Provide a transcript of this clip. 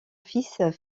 fils